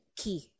key